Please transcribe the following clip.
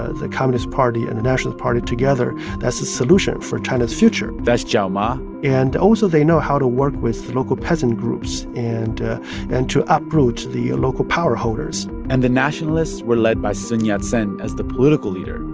ah the communist party and the national party together that's the solution for china's future that's zhao ma and also, they know how to work with the local peasant groups and and to uproot the local power holders and the nationalists were led by sun yat-sen as the political leader.